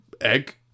egg